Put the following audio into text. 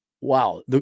wow